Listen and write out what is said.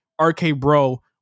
RK-Bro